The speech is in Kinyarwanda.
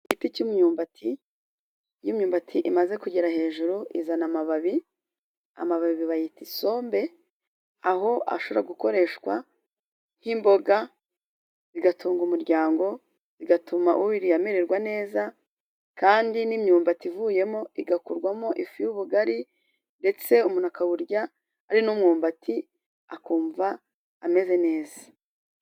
Igiti cy'imyumbati, iyo imyumbati imaze kugera hejuru izana amababi, amababi bayita isombe, aho ashobora gukoreshwa nk'imboga zigatunga umuryango, bigatuma umubiri umererwa neza kandi n'imyumbati ivuyemo igakurwamo ifu y'ubugari, ndetse umuntu akawurya ari n'umyumbati akumva ameze neza.